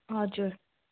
हजुर